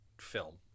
film